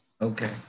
Okay